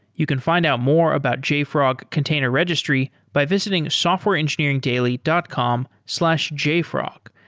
you can find out more about jfrog container registry by visiting softwareengineeringdaily dot com slash jfrog.